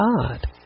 God